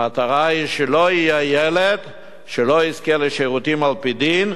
המטרה היא שלא יהיה ילד שלא יזכה לשירותים על-פי דין,